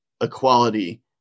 equality